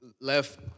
left